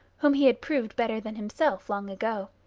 whom he had proved better than himself long ago,